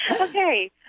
Okay